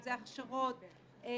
אם זה הכשרות לעובדים,